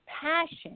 passion